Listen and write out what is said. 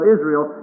Israel